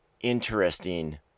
interesting